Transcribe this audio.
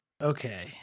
Okay